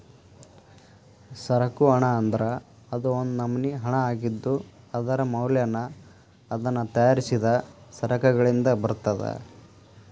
ಸರಕು ಹಣ ಅಂದ್ರ ಅದು ಒಂದ್ ನಮ್ನಿ ಹಣಾಅಗಿದ್ದು, ಅದರ ಮೌಲ್ಯನ ಅದನ್ನ ತಯಾರಿಸಿದ್ ಸರಕಗಳಿಂದ ಬರ್ತದ